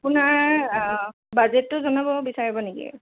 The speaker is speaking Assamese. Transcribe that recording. আপোনাৰ বাজেটটো জনাব বিচাৰিব নেকি